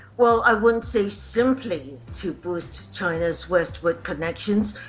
well i wouldn't say simply to boost china's westward connections,